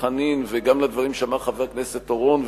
חנין וגם לדברים שאמר חבר הכנסת אורון,